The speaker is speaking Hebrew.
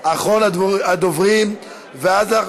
אחרון הדוברים, ואז אנחנו